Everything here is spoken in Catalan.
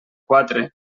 quatre